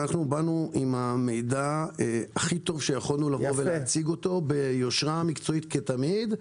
אנחנו באנו עם המידע הכי טוב שיכולנו להציג ביושרה מקצועית כתמיד.